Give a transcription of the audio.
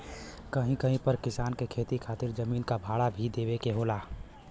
कहीं कहीं पर किसान के खेती खातिर जमीन क भाड़ा भी देवे के होला